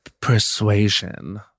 persuasion